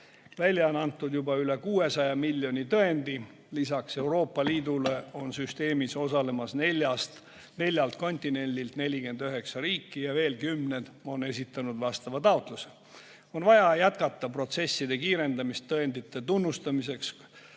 Välja on antud juba üle 600 miljoni tõendi. Lisaks Euroopa Liidule on süsteemis osalemas neljalt kontinendilt 49 riiki ja veel kümned on esitanud vastava taotluse. On vaja jätkata protsesside kiirendamist tõendite tunnustamiseks